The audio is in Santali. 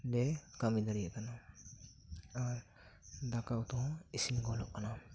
ᱞᱮ ᱠᱟᱹᱢᱤ ᱫᱟᱲᱮᱭᱟᱜ ᱠᱟᱱᱟ ᱟᱨ ᱫᱟᱠᱟ ᱩᱛᱩ ᱦᱚᱸ ᱤᱥᱤᱱ ᱜᱚᱞᱚᱜ ᱠᱟᱱᱟ